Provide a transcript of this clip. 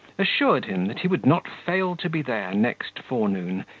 assured him, that he would not fail to be there next forenoon,